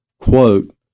quote